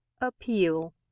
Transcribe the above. Appeal